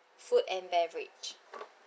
food and beverage